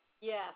Yes